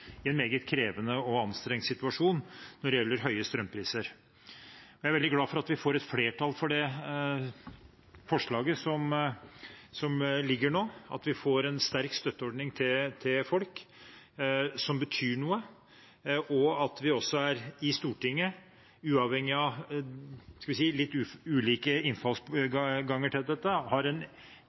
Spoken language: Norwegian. i en meget krevende og anstrengt situasjon når det gjelder høye strømpriser. Jeg er veldig glad for at vi får et flertall for det forslaget som foreligger nå, at vi får en sterk støtteordning som betyr noe for folk, og at vi også i Stortinget, uavhengig av litt ulike innganger til dette, har en